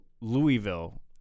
louisville